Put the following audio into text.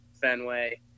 Fenway